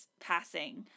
passing